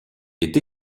est